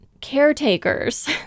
caretakers